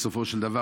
בסופו של דבר,